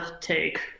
take